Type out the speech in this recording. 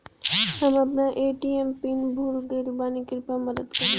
हम अपन ATM PIN भूल गएल बानी, कृपया मदद करीं